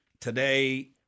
today